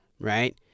right